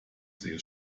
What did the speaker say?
sail